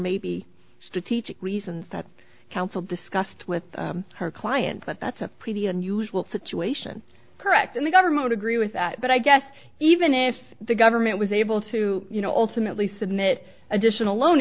may be strategic reasons that counsel discussed with her client but that's a pretty unusual situation correct and the government agree with that but i guess even if the government was able to you know ultimately submit additional loan